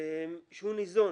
שניזון